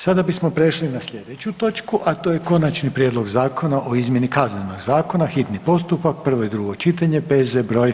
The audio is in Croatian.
Sada bismo prešli na slijedeću točku, a to je: - Konačni prijedlog Zakona o izmjeni Kaznenog zakona, hitni postupak, prvo i drugo čitanje, P.Z. broj